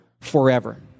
forever